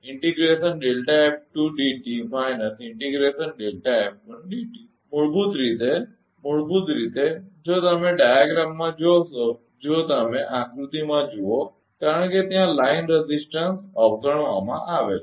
તેથી મૂળભૂત રીતે મૂળભૂત રીતે જો તમે ડાયાગ્રામમાં જોશો તો જો તમે આકૃતિમાં જુઓ કારણ કે ત્યાં લાઇન રેઝિસ્ટંસ અવગણવામાં આવે છે